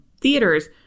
theaters